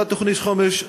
אותה תוכנית חומש,